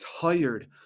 tired